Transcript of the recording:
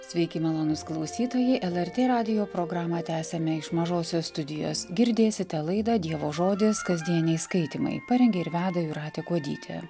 sveiki malonūs klausytojai lrt radijo programą tęsiame iš mažosios studijos girdėsite laidą dievo žodis kasdieniai skaitymai parengė ir veda jūratė kuodytė